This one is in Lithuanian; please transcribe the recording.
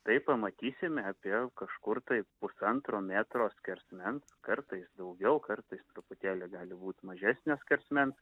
tai pamatysime apie kažkur tai pusantro metro skersmens kartais daugiau kartais truputėlį gali būt mažesnio skersmens